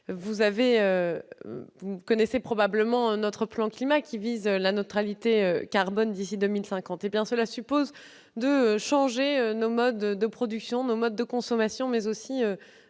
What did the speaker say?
dans chaque territoire. Notre plan Climat vise la neutralité carbone d'ici à 2050. Cela suppose de changer nos modes de production, nos modes de consommation, mais aussi